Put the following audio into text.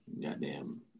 goddamn